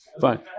Fine